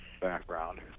background